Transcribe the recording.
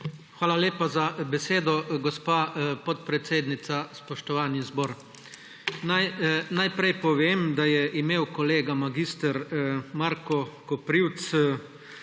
Hvala lepa za besedo, gospa podpredsednica. Spoštovani zbor! Naj najprej povem, da je imel kolega mag. Marko Koprivc